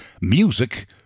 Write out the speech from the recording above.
Music